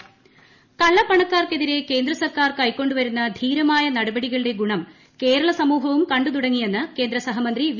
മുരളീധരൻ കള്ളപ്പണക്കാർക്കെതിരെ കേന്ദ്ര സർക്കാർ കൈക്കൊണ്ടുവരുന്ന ധീരമായ നടപടികളുടെ ഗുണം കേരള സമൂഹവും കണ്ടുതുടങ്ങിയെന്ന് കേന്ദ്ര സഹമന്ത്രി വി